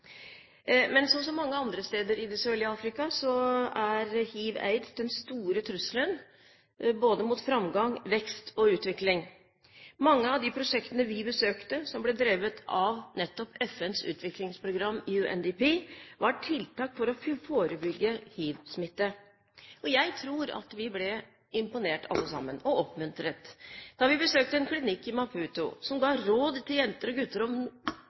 Men som så mange andre steder i det sørlige Afrika, er hiv/aids den store trusselen både mot framgang, vekst og utvikling. Mange av de prosjektene vi besøkte, som ble drevet av nettopp FNs utviklingsprogram, UNDP, var tiltak for å forebygge hiv-smitte. Jeg tror at vi alle sammen ble imponert – og oppmuntret – da vi besøkte en klinikk i Maputo som ga råd til jenter og gutter om